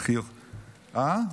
אחזור כשהדברים ישתנו, אופיר.